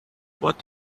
what